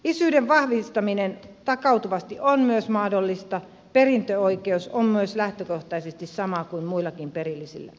isyyden vahvistaminen takautuvasti on myös mahdollista perintöoikeus on myös lähtökohtaisesti sama kuin muillakin perillisillä